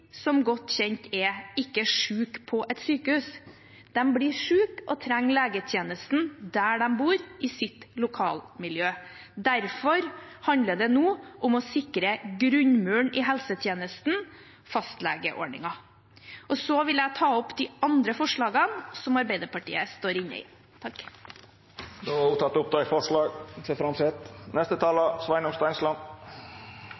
som godt kjent er, ikke syke på et sykehus. De blir syke og trenger legetjenesten der de bor, i sitt lokalmiljø. Derfor handler det nå om å sikre grunnmuren i helsetjenesten, fastlegeordningen. Så vil jeg ta opp de forslagene som Arbeiderpartiet er med på. Representanten Ingvild Kjerkol har teke opp dei forslaga ho refererte til.